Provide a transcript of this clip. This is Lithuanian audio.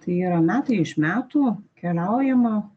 tai yra metai iš metų keliaujama